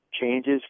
changes